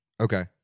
Okay